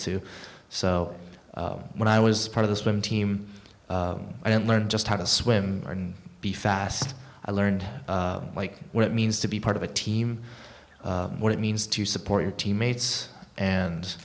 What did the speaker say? to so when i was part of the swim team i didn't learn just how to swim or be fast i learned like what it means to be part of a team what it means to support your teammates and